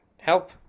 help